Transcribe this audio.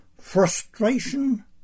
frustration